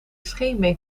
scheenbeen